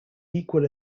equal